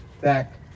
back